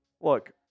look